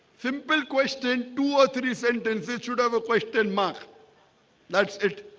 simple question two or three sentences should have a question mark that's it.